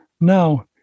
Now